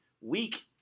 week